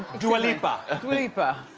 dua lipa. ah dua lipa.